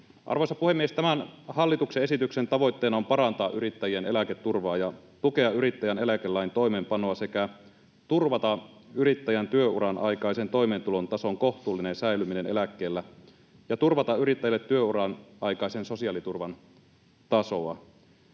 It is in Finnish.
Arvoisa puhemies! Tämän hallituksen esityksen tavoitteena on parantaa yrittäjien eläketurvaa ja tukea yrittäjien eläkelain toimeenpanoa sekä turvata yrittäjän työuran aikaisen toimeentulotason kohtuullinen säilyminen eläkkeellä ja turvata yrittäjille työuran aikaisen sosiaaliturvan tasoa.